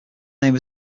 name